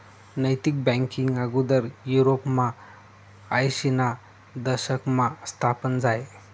नैतिक बँकींग आगोदर युरोपमा आयशीना दशकमा स्थापन झायं